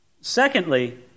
Secondly